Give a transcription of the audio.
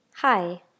Hi